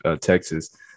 Texas